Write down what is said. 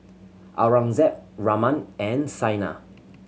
Aurangzeb Raman and Saina